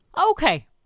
Okay